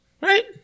Right